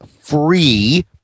free